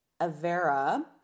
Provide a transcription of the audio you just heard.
Avera